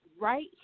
right